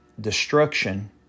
destruction